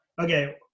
Okay